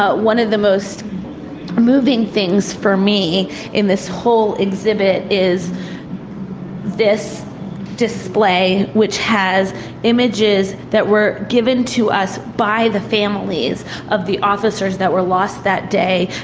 ah one of the most moving things for me in this whole exhibit, is this display which has images that were given to us by the families of the officers that were lost that day,